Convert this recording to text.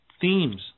themes